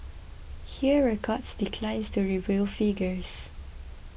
Hear Records declines to reveal figures